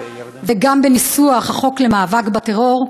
וגם בניסוח החוק למאבק בטרור.